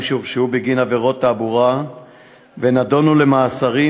שהורשעו בגין עבירות תעבורה ונידונו למאסרים,